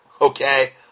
Okay